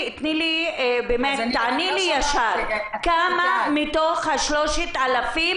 תעני לי ישר: כמה מתוך ה-3,000,